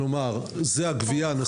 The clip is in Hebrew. שזה הגבייה הנוספת.